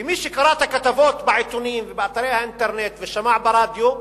ומי שקרא את הכתבות בעיתונים ובאתרי אינטרנט ושמע ברדיו,